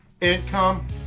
income